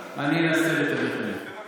אני אנסה לתווך ביניכם.